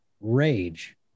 rage